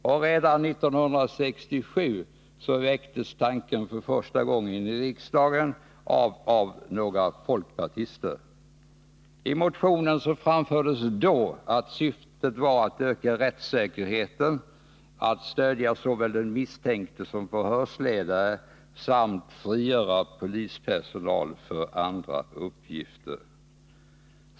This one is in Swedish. Redan 1967 väcktes tanken för första gången i riksdagen av några folkpartister. I motionen framfördes då att syftet var att öka rättssäkerheten, att stödja såväl den misstänkte som förhörsledare samt frigöra polispersonal för andra uppgifter.